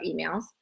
emails